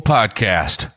Podcast